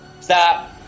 Stop